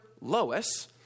Lois